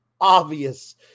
obvious